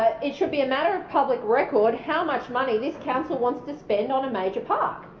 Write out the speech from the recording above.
it should be a matter of public record how much money this council wants to spend on a major park,